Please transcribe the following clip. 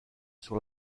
sur